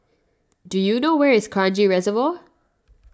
do you know where is Kranji Reservoir